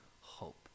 hope